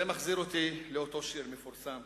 זה מחזיר אותי לאותו שיר מפורסם